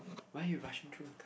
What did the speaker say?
why you rushing through